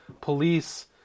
police